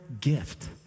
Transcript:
gift